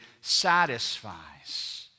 satisfies